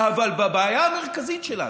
אבל בבעיה המרכזית שלנו,